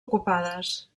ocupades